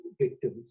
victims